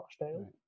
Rochdale